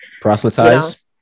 Proselytize